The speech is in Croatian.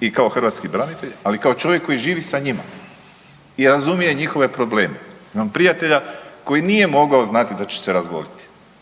i kao hrvatski branitelj, ali i kao čovjek koji živi sa njima i razumije njihove probleme. Imam prijatelja koji nije mogao znati da će se razboljeti,